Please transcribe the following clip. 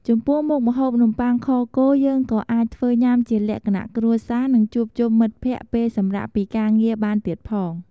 ចំពោះមុខម្ហូបនំបុ័ខខគោយើងក៏អាចធ្វើញុាំជាលក្ខណៈគ្រួសារនិងជួបជុំមិត្តភក្តិពេលសម្រាកពីការងារបានទៀតផង។